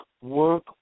work